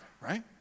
right